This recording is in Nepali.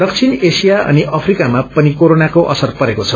दक्षिण एशिया अनि अफिकामा पनि कोरोनाको असर परेको छ